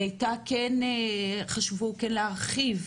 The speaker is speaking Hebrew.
חשבו כן להרחיב.